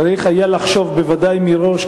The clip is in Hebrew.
צריך היה לחשוב בוודאי מראש,